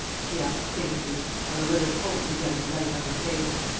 she asked, faintly, while a ray of hope began to light up her face.